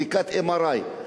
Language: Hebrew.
בדיקת MRI,